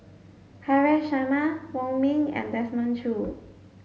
Haresh Sharma Wong Ming and Desmond Choo